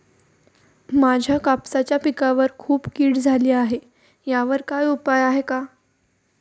माझ्या कापसाच्या पिकावर खूप कीड झाली आहे यावर काय उपाय आहे का?